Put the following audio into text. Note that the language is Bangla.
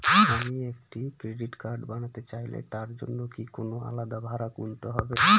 আমি একটি ক্রেডিট কার্ড বানাতে চাইলে তার জন্য কি কোনো আলাদা ভাড়া গুনতে হবে?